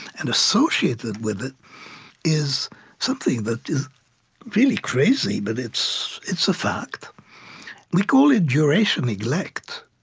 and associated with it is something that is really crazy, but it's it's a fact we call it duration neglect.